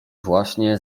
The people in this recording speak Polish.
właśnie